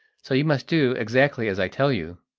so you must do exactly as i tell you.